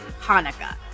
Hanukkah